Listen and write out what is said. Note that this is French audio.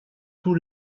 tout